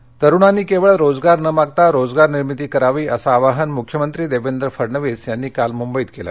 रोजगार तरूणांनी केवळ रोजगार न मागता रोजगार निर्मिती करावी असं आवाहन मृख्यमंत्री देवेंद्र फडणवीस यांनी काल मुंबईत केलं